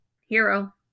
Hero